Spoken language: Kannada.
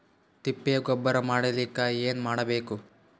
ತಿಪ್ಪೆ ಗೊಬ್ಬರ ಮಾಡಲಿಕ ಏನ್ ಮಾಡಬೇಕು?